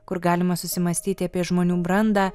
kur galima susimąstyti apie žmonių brandą